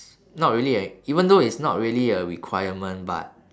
not really a even though it's not really a requirement but